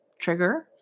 trigger